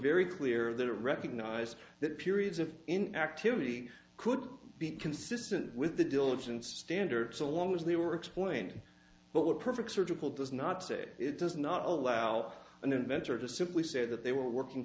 very clear that recognized that periods of inactivity could be consistent with the diligence standard so long as they were explained but what perfect surgical does not say it does not allow an inventor to simply say that they were working